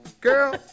Girl